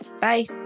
Bye